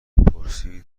پرسید